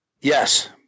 Yes